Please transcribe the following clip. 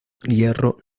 hierro